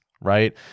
right